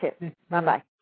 Bye-bye